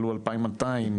עלו 2,200,